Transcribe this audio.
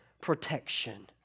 protection